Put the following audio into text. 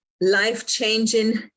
life-changing